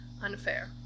Unfair